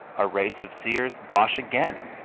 a race of seers? bosh again!